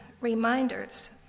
reminders